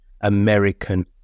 American